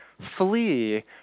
Flee